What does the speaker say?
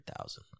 thousand